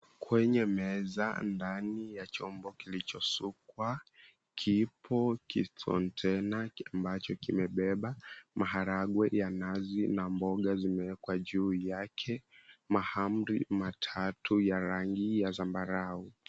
Kwenye meza ndani ya chombo kilichosukwa, kipo kikontena ambacho kimebeba maharagwe ya nazi, na mboga zimewekwa juu yake. Mahamri matatu ya rangi ya zambarau.